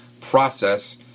process